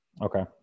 Okay